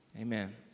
Amen